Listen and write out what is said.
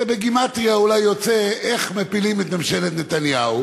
זה בגימטריה אולי יוצא "איך מפילים את ממשלת נתניהו"